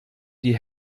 die